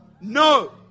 No